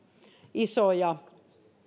isoja